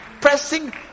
pressing